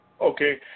Okay